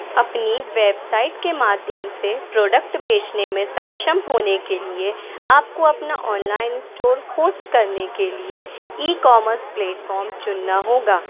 अपनी वेबसाइट के माध्यम से प्रोडक्ट बेचने में सक्षम होने के लिए आपको अपना ऑनलाइन स्टोर होस्ट करने के लिए ई कॉमर्स प्लेटफॉर्म चुनना होगा